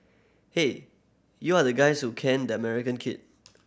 hey you are the guys who caned the American kid